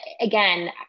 again